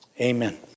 amen